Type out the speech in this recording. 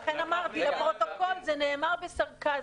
לכן אמרתי לפרוטוקול שזה נאמר בסרקזם.